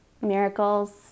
Miracles